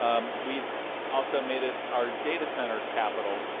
um we've also made it our data center capital